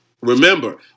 remember